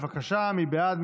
בבקשה, מי בעד?